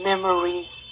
memories